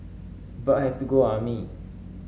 but have to go army